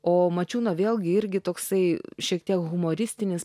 o mačiūno vėlgi irgi toksai šiek tiek humoristinis